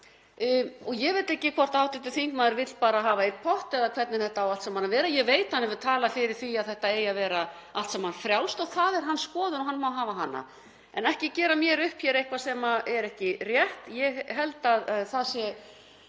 Ég veit ekki hvort hv. þingmaður vill bara hafa einn pott eða hvernig þetta á allt saman að vera. Ég veit hann hefur talað fyrir því að þetta eigi allt saman að vera frjálst og það er hans skoðun og hann má hafa hana en ekki gera mér upp hér eitthvað sem er ekki rétt. Ég held að það sé